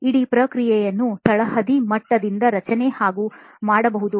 ಇಡೀ ಪ್ರಕ್ರಿಯೆಯನ್ನು ತಳಹದಿ ಮಟ್ಟದಿಂದ ರಚನೆ ಹಾಗೆ ಮಾಡಬಹುದು